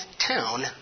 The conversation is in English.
town